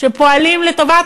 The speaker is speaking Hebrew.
שפועלים לטובת